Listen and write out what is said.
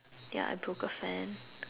ya I broke a fan